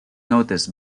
noticed